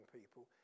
people